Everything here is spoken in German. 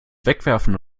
wegwerfen